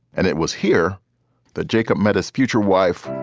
and it was here that jacob met his future wife.